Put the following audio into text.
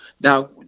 Now